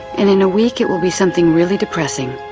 and in a week it will be something really depressing,